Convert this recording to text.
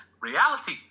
Reality